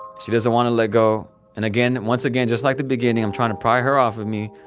she doesn't want to let go, and again, once again, just like the beginning, i'm trying to pry her off of me.